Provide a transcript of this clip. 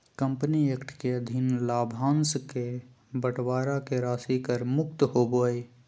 company act के अधीन लाभांश के बंटवारा के राशि कर मुक्त होबो हइ